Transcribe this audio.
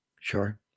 Sure